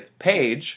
page